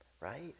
right